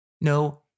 No